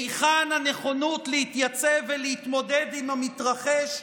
היכן הנכונות להתייצב ולהתמודד עם המתרחש,